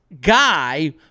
Guy